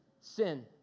Sin